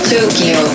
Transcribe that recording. Tokyo